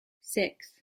six